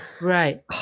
right